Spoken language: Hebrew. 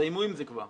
תסיימו עם זה כבר.